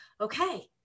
okay